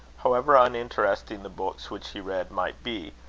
however uninteresting the books which he read might be,